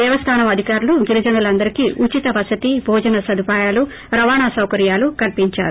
దేవస్థానం అధికారులు గిరిజనులందరికి ఉచిత వసతి భోజన సదుపాయాలురవాణా సౌకర్యాలు కల్సించారు